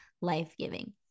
life-giving